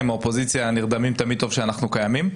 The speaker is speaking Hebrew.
אם האופוזיציה נרדמים, תמיד טוב שאנחנו קיימים.